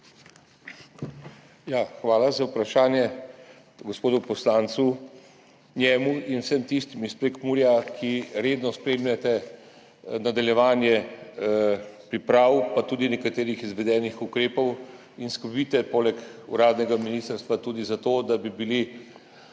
Hvala za vprašanje, gospod poslanec, vam in vsem tistim iz Prekmurja, ki redno spremljate nadaljevanje priprav, pa tudi nekaterih izvedenih ukrepov, in skrbite poleg uradnega ministrstva tudi za to, da bi bili